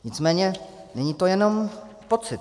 Nicméně není to jenom pocit.